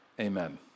Amen